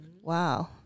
Wow